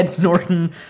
Norton